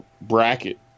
bracket